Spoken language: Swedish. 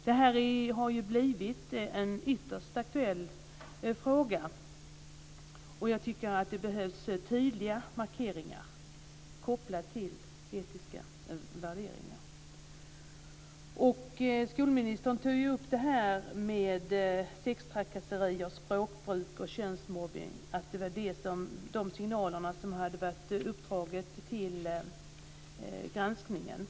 Det här har ju blivit en ytterst aktuell fråga, och jag tycker att det behövs tydliga markeringar kopplade till etiska värderingar. Skolministern tar upp frågorna om sextrakasserier, språkbruk och könsmobbning, alltså de signaler som var upphovet till granskningsuppdraget.